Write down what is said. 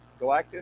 galactus